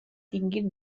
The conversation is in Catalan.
tinguin